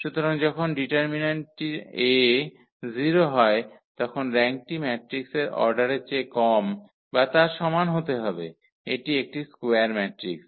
সুতরাং যখন ডিটারমিন্যান্ট 𝐴 0 হয় তখন র্যাঙ্কটি ম্যাট্রিক্সের অর্ডারের চেয়ে কম বা তার সমান হতে হবে এটি একটি স্কোয়ার ম্যাট্রিক্স